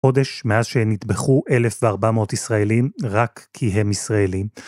חודש מאז שנטבחו 1,400 ישראלים רק כי הם ישראלים.